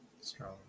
strong